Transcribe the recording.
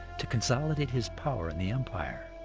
to consolidate his power in the empire.